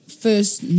first